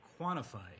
quantify